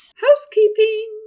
Housekeeping